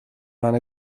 ran